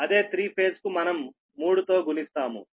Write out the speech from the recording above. అదే three phase కు మనం 3 తో గుణిస్తాము